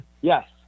yes